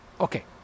Okay